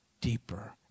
deeper